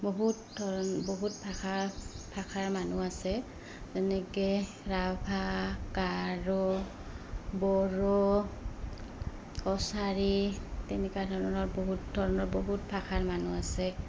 বহুত ধৰণ বহুত ভাষা ভাষাৰ মানুহ আছে যেনেকৈ ৰাভা গাৰো বড়ো কছাৰী তেনেকুৱা ধৰণৰ বহুত ধৰণৰ বহুত ভাষাৰ মানুহ আছে